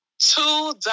Two